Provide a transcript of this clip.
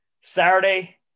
Saturday